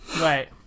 Right